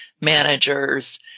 managers